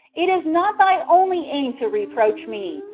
it is not thy only aim to reproach me,